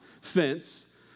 fence